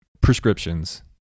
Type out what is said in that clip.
prescriptions